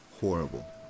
Horrible